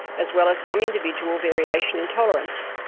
as well as some individual variation in tolerance.